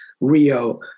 Rio